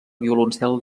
violoncel